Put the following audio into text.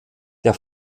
der